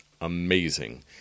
amazing